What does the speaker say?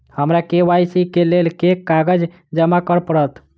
हमरा के.वाई.सी केँ लेल केँ कागज जमा करऽ पड़त?